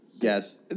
Yes